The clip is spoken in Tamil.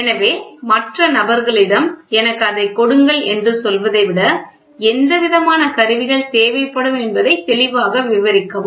எனவே மற்ற நபர்களிடம் எனக்கு அதைக் கொடுங்கள் என்று சொல்வதை விட எந்த விதமான கருவிகள் தேவைப்படும் என்பதை தெளிவாக விவரிக்கவும்